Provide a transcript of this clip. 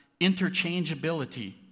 interchangeability